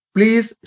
Please